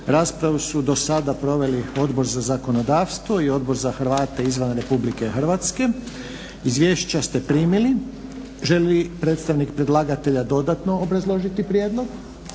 Raspravu su do sada proveli Odbor za zakonodavstvo i Odbor za Hrvate izvan republike Hrvatske. Izvješća ste primili. Želi li predstavnik predlagatelja dodatno obrazložiti prijedlog?